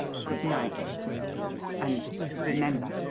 good-night, and remember!